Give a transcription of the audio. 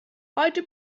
heute